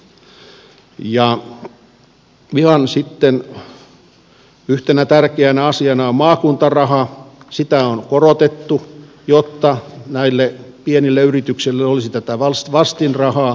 ihan sitten yhtenä tärkeänä asiana on maakuntaraha sitä on korotettu jotta näille pienille yrityksille olisi tätä vastinrahaa